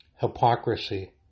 hypocrisy